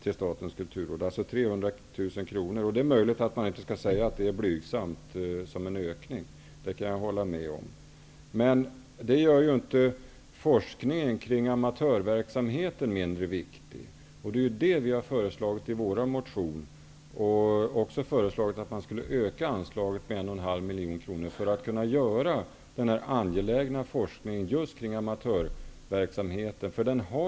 Det är möjligt att man inte skall säga att det är blygsamt som en ökning, det kan jag hålla med om. Men det gör ju inte forskningen kring amatörverksamheten mindre viktig. I vår motion har vi föreslagit att man skall öka anslaget med 1,5 miljon för att den här angelägna forskningen kring amatörverksamheten skall kunna bedrivas.